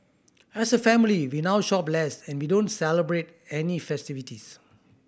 as a family we now shop less and we don't celebrate any festivities